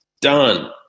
done